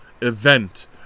event